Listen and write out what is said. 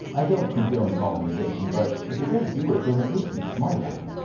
i don't condone colonization, but if you're going to do it, then at least be smart about it.